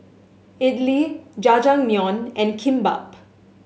Idili Jajangmyeon and Kimbap